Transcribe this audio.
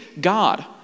God